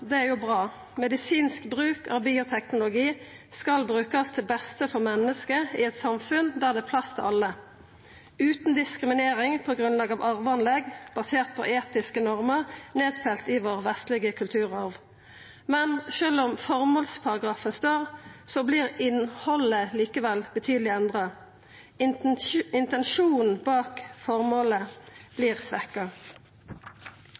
det er jo bra: Medisinsk bruk av bioteknologi skal utnyttast til beste for menneske i eit samfunn der det er plass til alle, utan diskriminering på grunnlag av arveanlegg basert på etiske normer nedfelte i vår vestlege kulturarv. Men sjølv om føremålsparagrafen består, vert innhaldet likevel betydeleg endra. Intensjonen bak